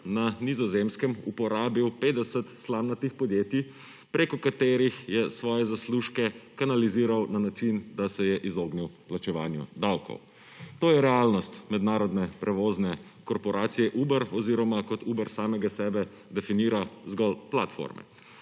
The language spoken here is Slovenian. na Nizozemskem uporabil 50 slamnatih podjetij preko katerih je svoje zaslužke kanalizirla na način, da se je izognil plačevanju davkov. To je realnost mednarodne prevozne korporacije Uber oziroma kot Uber samega sebe definira zgolj platforme.